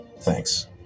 Thanks